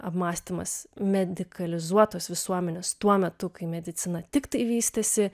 apmąstymas medikalizuotos visuomenės tuo metu kai medicina tiktai vystėsi